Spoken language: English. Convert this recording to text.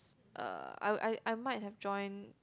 uh I I I might have join